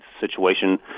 situation